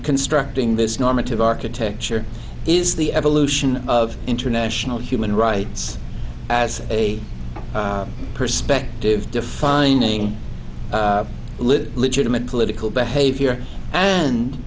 constructing this normative architecture is the evolution of international human rights as a perspective defining legitimate political behavior and